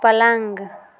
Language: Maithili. पलङ्ग